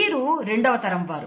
వీరు రెండవ తరం వారు